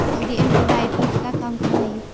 हल्दी एंटीबायोटिक का काम करअ हई